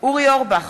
אורי אורבך,